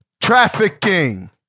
trafficking